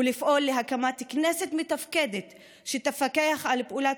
ולפעול להקמת כנסת מתפקדת שתפקח על פעולת